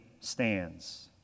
stands